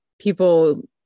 people